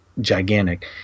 gigantic